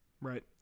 right